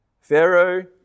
pharaoh